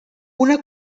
una